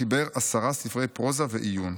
חיבר עשרה ספרי פרוזה ועיון.